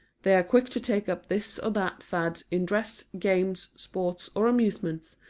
they are quick to take up this or that fad in dress, games, sports or amusements,